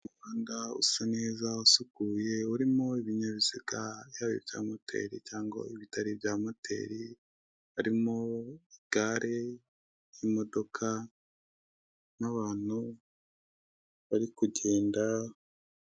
Umuhanda usa neza usukuye urimo ibinyabiziga byaba ibya moteri cyangwa ibitari ibya moteri, harimo: igare, imodoka nabantu bari kugenda.